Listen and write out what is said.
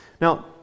Now